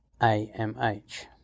AMH